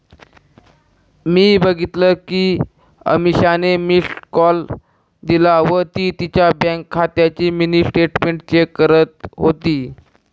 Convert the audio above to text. मी बघितल कि अमीषाने मिस्ड कॉल दिला व ती तिच्या बँक खात्याची मिनी स्टेटमेंट चेक करत होती